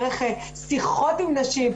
דרך שיחות עם נשים.